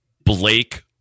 Blake